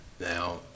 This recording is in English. Now